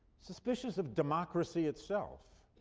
suspicious of democracy itself.